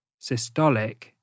systolic